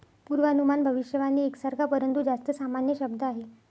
पूर्वानुमान भविष्यवाणी एक सारखा, परंतु जास्त सामान्य शब्द आहे